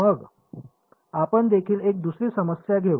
मग आपण देखील एक दुसरी समस्या घेऊ